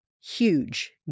huge